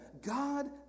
God